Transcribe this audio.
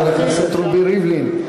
חבר הכנסת רובי ריבלין,